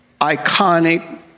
iconic